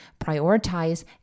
prioritize